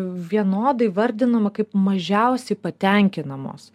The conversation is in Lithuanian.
vienodai įvardinama kaip mažiausiai patenkinamos